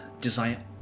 design